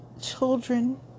children